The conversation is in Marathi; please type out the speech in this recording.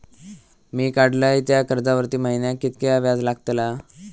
मी काडलय त्या कर्जावरती महिन्याक कीतक्या व्याज लागला?